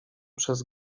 przez